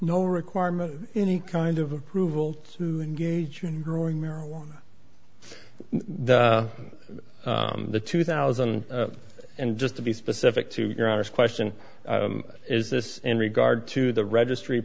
no requirement of any kind of approval to engage you in growing marijuana the two thousand and just to be specific to your honest question is this in regard to the registry